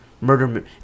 murder